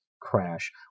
crash